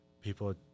people